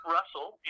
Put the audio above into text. Russell